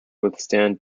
withstand